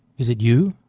is it you?